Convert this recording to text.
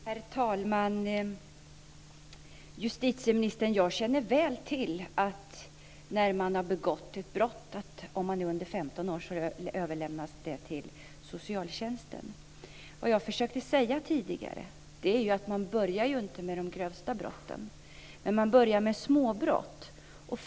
Herr talman! Justitieministern! Jag känner väl till att fallet överlämnas till socialtjänsten om personen som har begått brottet är under 15 år. Vad jag försökte säga tidigare var att man inte börjar med de grövsta brotten. Man börjar med småbrott.